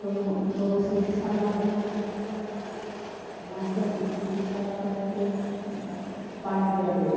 ସବୁ ସବୁ ସିଝି ସାରିଲା ପରେ ହେତ୍କେ ମସଲା ମାଂସ ସିଝି ସାରିଲା ପରେ ପାଣି ଦିଆଯାଏ